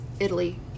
italy